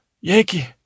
Yankee